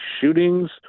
shootings